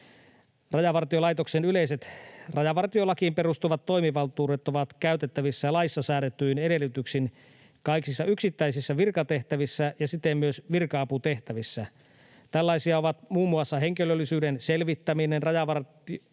Rajavartiolaitoksen yleiset rajavartiolakiin perustuvat toimivaltuudet ovat käytettävissä laissa säädetyin edellytyksin kaikissa yksittäisissä virkatehtävissä ja siten myös virka-aputehtävissä. Tällaisia ovat muun muassa henkilöllisyyden selvittäminen, rajavartiomiehen